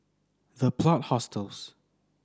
The Plot Hostels